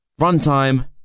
Runtime